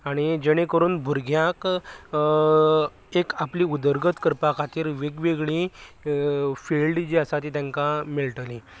आनी जेणे करून भुरग्यांक एक आपली उदरगत करपा खातीर वेगवेगळी फिल्ड जी आसात तांका मेळटली